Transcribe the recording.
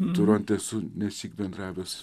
toronte esu nesyk bendravęs